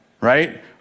right